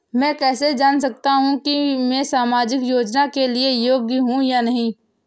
मैं कैसे जान सकता हूँ कि मैं सामाजिक योजना के लिए योग्य हूँ या नहीं?